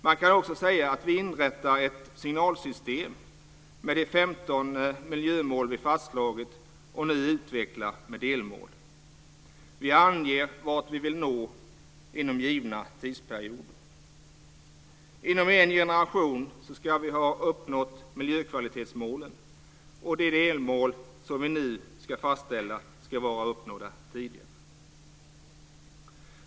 Man kan också säga att vi inrättar ett signalsystem med de 15 miljömål vi fastslagit och nu utvecklar med delmål. Vi anger vart vi vill nå inom givna tidsperioder. Inom en generation ska vi ha uppnått miljökvalitetsmålen, och de delmål som vi nu ska fastställa ska vara uppnådda tidigare.